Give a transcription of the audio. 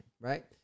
right